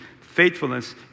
faithfulness